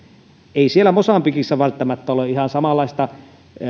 ei siellä mosambikissa välttämättä ole ihan samanlaista